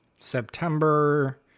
September